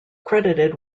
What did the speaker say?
credited